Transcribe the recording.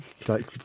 take